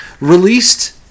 released